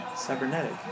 Cybernetic